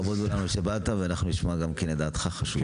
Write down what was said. כבוד הוא לנו שבאת ואנחנו נשמע את דעתך, זה חשוב.